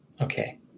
okay